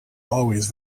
always